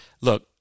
look